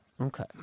Okay